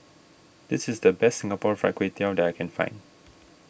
this is the best Singapore Fried Kway Tiao that I can find